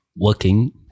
working